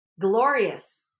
glorious